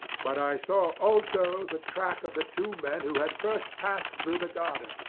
but i saw also the track of the two men who had first passed through the garden.